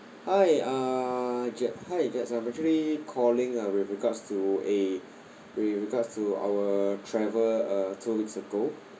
hi uh je~ hi jess I'm actually calling with regards to a with regards to our travel uh two weeks ago